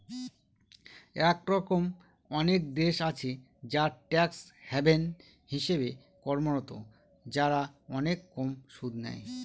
এরকম অনেক দেশ আছে যারা ট্যাক্স হ্যাভেন হিসেবে কর্মরত, যারা অনেক কম সুদ নেয়